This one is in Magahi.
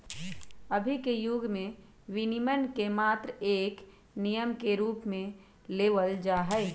अभी के युग में विनियमन के मात्र एक नियम के रूप में लेवल जाहई